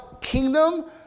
kingdom